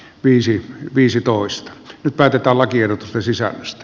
viisi viisitoista vertalakiehdotusten sisällöstä